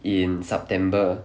in september